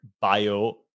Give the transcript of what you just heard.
bio